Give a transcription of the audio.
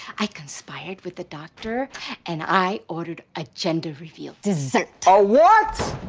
i conspired with the doctor and i ordered a gender reveal dessert! a what?